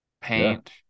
paint